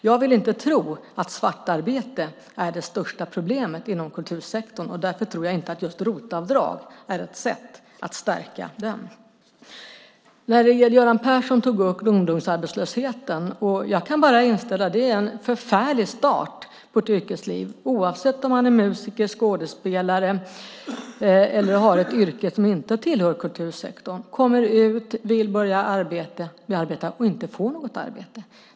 Jag vill inte tro att svartarbete är det största problemet inom kultursektorn, och därför tror jag inte att just ROT-avdrag är ett sätt att stärka den. Göran Persson tog upp ungdomsarbetslösheten. Jag kan bara instämma. Det är en förfärlig start på ett yrkesliv, oavsett om man är musiker, skådespelare eller har ett yrke som inte tillhör kultursektorn, att komma ut och vilja börja arbeta men inte få något arbete.